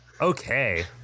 Okay